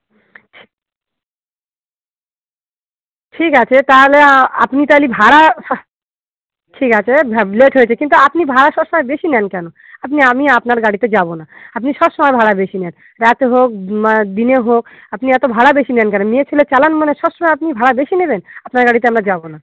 ঠিক আছে তাহলে আপনি তাহলে ভাড়া স ঠিক আচে ভ্যা লেট হয়েচে কিন্তু আপনি ভাড়া সব সময় বেশি নেন কেন আপনি আমি আপনার গাড়িতে যাবো না আপনি সস সময় ভাড়া বেশি নেন রাতে হোক দিনে হোক আপনি এতো ভাড়া বেশি নেন কেন মেয়েছেলে চালান মানে সব সময় আপনি ভাড়া বেশি নেবেন আপনার গাড়িতে আমরা যাবো না